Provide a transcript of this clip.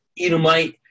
Edomite